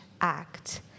act